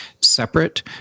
separate